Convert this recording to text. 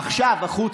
עכשיו החוצה.